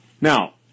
Now